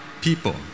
people